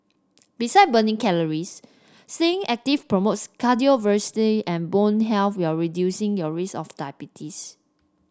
beside burning calories staying active promotes and bone while reducing your risk of diabetes